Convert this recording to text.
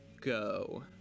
go